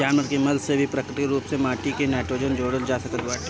जानवर के मल से भी प्राकृतिक रूप से माटी में नाइट्रोजन जोड़ल जा सकत बाटे